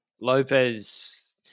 Lopez